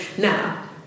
Now